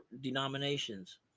denominations